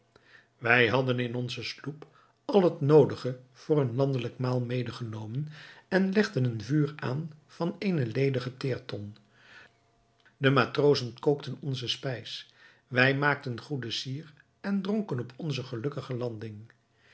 wij hadden in onze sloep al het noodige voor een landelijk maal medegenomen en legden een vuur aan van eene ledige teerton de matrozen kookten onze spijs wij maakten goede sier en dronken op onze gelukkige landing